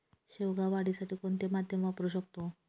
शेवगा वाढीसाठी कोणते माध्यम वापरु शकतो?